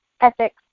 ethics